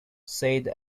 said